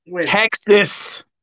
Texas